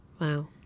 Wow